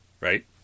Right